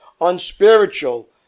unspiritual